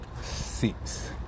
six